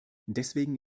deswegen